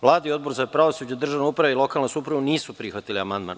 Vlada i Odbor za pravosuđe, državnu upravu i lokalnu samoupravu nisu prihvatili amandman.